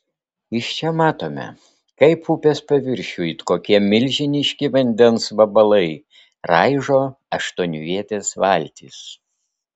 iš čia matome kaip upės paviršių it kokie milžiniški vandens vabalai raižo aštuonvietės valtys